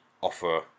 offer